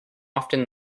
often